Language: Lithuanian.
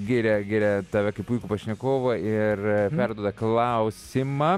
giria giria tave kaip puikų pašnekovą ir perduoda klausimą